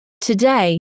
Today